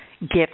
gifts